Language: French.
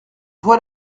vois